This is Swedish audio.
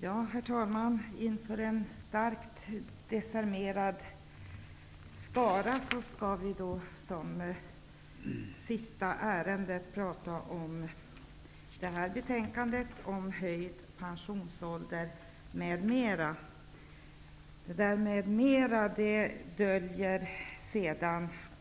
Herr talman! Inför en starkt decimerad skara skall vi nu som sista ärende behandla betänkandet om höjd pensionsålder m.m. Bakom detta m.m. döljer sig